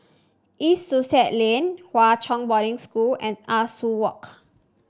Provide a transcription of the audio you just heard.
East Sussex Lane Hwa Chong Boarding School and Ah Soo Walk